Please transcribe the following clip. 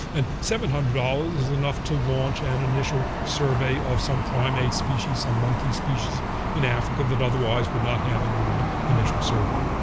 and seven hundred dollars is enough to launch an initial survey of some primate species, some monkey species in africa that otherwise would not have an initial survey.